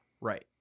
Right